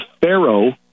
Pharaoh